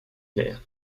clair